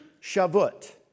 Shavuot